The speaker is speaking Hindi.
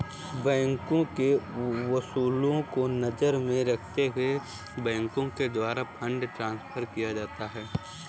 बैंकों के उसूलों को नजर में रखते हुए बैंकों के द्वारा फंड ट्रांस्फर किया जाता है